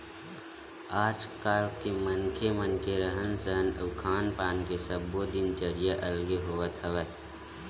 आज के मनखे मन के रहन सहन अउ खान पान के सब्बो दिनचरया अलगे होवत हवय